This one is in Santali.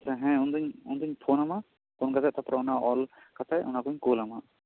ᱟᱪᱪᱷᱟ ᱦᱮᱸ ᱩᱱᱫᱩᱧ ᱩᱱᱫᱩᱧ ᱯᱷᱳᱱ ᱟᱢᱟ ᱯᱷᱳᱱ ᱠᱟᱛᱮ ᱛᱟᱯᱚᱨᱮ ᱚᱱᱟ ᱚᱞ ᱠᱟᱛᱮᱡ ᱚᱱᱟ ᱠᱩᱧ ᱠᱳᱞ ᱟᱢᱟ ᱦᱟᱜ